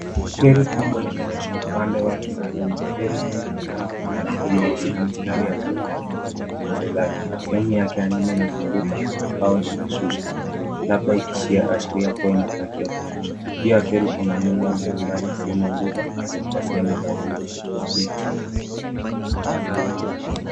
Feri kubwa ikionyesha upande wake wa nyuma. Feri hii inaonekana kuwa na rangi nyeusi na mistari ya buluu na ya nyeupe kwenye pande zake. Sehemu yake ya nyuma imefunguka kwao inashusha labda ikiashiria kuwa imepakia kushusha. Dhidhi ya feri kuna miundo mbalimbali ikiwemo manguzo za sehemu za juu zilizo...